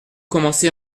commencé